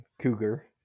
cougar